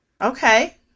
Okay